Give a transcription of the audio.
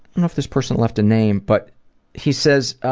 know if this person left a name but he says